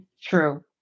true